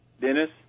Dennis